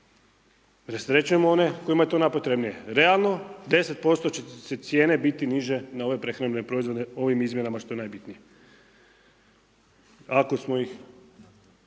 Rasterećujemo one kojima je to najpotrebnije. Realno, 10% će cijene biti niže na ove prehrambene proizvode ovim izmjenama, što je najbitnije. Ako smo ih